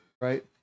right